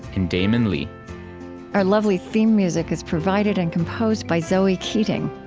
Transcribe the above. and damon lee our lovely theme music is provided and composed by zoe keating.